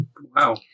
wow